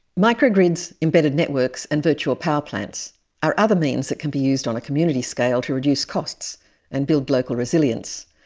microgrids, embedded networks and virtual powerplants are other means that can be used on a community scale to reduce costs and build local resilience,